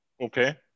Okay